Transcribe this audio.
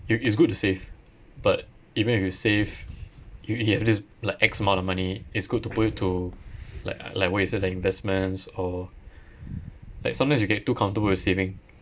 it is good to save but even if you save you you have this like X amount of money it's good to put it to like like what you said like investments or like sometimes you get too comfortable with saving